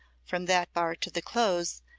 from that bar to the close,